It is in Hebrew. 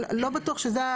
לא בטוח שזה,